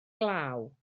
glaw